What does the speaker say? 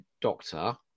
Doctor